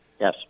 Yes